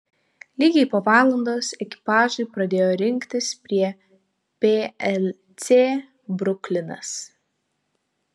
lygiai po valandos ekipažai pradėjo rinktis prie plc bruklinas